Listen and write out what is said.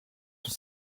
sont